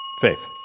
Faith